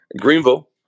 Greenville